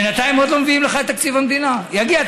אם הייתי מדבר נגד ראש הממשלה